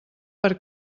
per